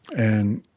and,